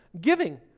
giving